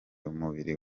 umubiri